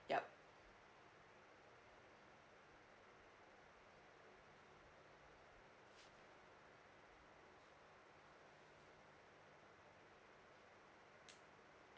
yup